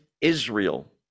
Israel